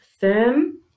firm